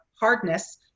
hardness